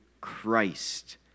Christ